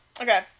Okay